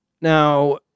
Now